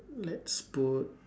let's put